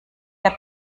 der